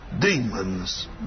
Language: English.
demons